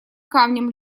камнем